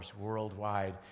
worldwide